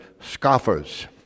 scoffers